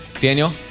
Daniel